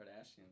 Kardashian